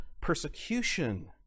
persecution